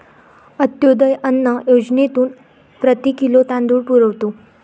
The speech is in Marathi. अंत्योदय अन्न योजनेतून प्रति किलो तांदूळ पुरवतो